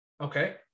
Okay